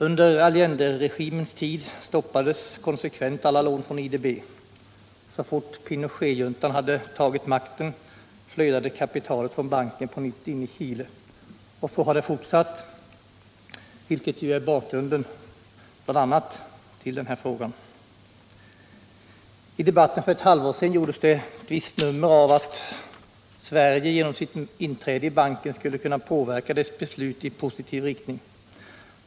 Under Allenderegeringens tid stoppades konsekvent alla lån från IDB. Så fort Pinochetjuntan hade tagit makten flödade kapitalet från banken på nytt in i Chile. Så har det fortsatt att göra, vilket ju bl.a. är bakgrunden till den här frågan. I debatten för ett halvt år sedan gjordes ett visst nummer av att Sverige genom sitt inträde i banken skulle kunna påverka dess beslut i positiv riktning.